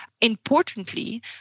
importantly